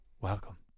welcome